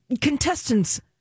contestants